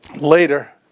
later